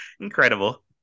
incredible